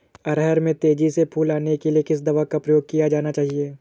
अरहर में तेजी से फूल आने के लिए किस दवा का प्रयोग किया जाना चाहिए?